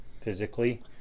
physically